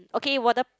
okay 我的